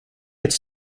its